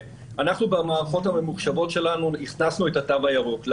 אנחנו במערכות הממוחשבות שלנו הכנסנו את התו הירוק,